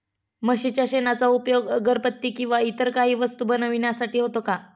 म्हशीच्या शेणाचा उपयोग अगरबत्ती किंवा इतर काही वस्तू बनविण्यासाठी होतो का?